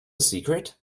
secret